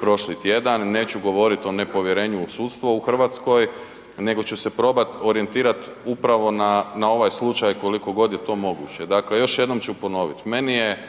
prošli tjedan, neću govorit o nepovjerenju u sudstvo u RH, nego ću se probat orijentirat upravo na, na ovaj slučaj koliko god je to moguće. Dakle, još jednom ću ponovit. Meni je